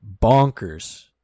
bonkers